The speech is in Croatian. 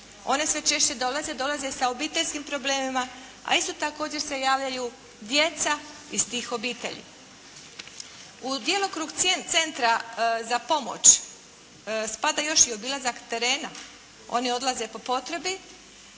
One sve češće dolaze, dolaze sa obiteljskim problemima, a isto također se javljaju djeca iz tih obitelji. U djelokrug centra za pomoć spada još i obilazak terena, oni odlaze po potrebi.